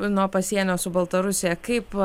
nuo pasienio su baltarusija kaip